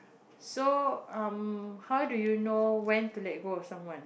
so um how do you know when to let go someone